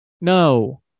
No